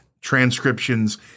transcriptions